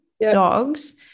Dogs